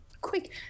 quick